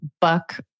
buck